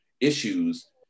issues